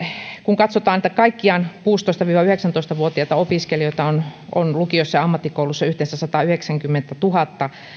kun katsotaan että kaikkiaan kuusitoista viiva yhdeksäntoista vuotiaita opiskelijoita on on lukioissa ja ammattikouluissa yhteensä satayhdeksänkymmentätuhatta